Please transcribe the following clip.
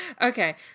Okay